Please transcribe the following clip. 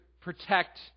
protect